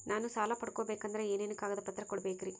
ನಾನು ಸಾಲ ಪಡಕೋಬೇಕಂದರೆ ಏನೇನು ಕಾಗದ ಪತ್ರ ಕೋಡಬೇಕ್ರಿ?